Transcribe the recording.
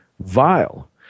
vile